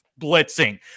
blitzing